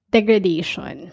Degradation